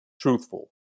truthful